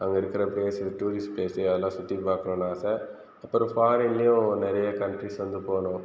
அங்கே இருக்கிற place tourist place அதெல்லாம் சுற்றி பார்க்கணுன்னு ஆசை அப்புறம் ஃபாரின்லேயும் நிறைய கண்ட்ரீஸ் வந்து போகணும்